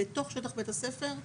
בתוך שטח בית הספר,